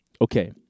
okay